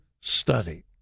study